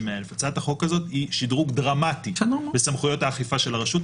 100,000. הצעת החוק הזאת היא שדרוג דרמטי בסמכויות האכיפה של הרשות.